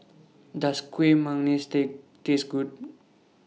Does Kuih Manggis Take Taste Good